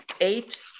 eight